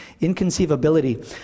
Inconceivability